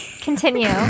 Continue